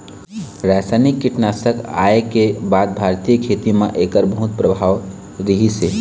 रासायनिक कीटनाशक आए के बाद भारतीय खेती म एकर बहुत प्रभाव रहीसे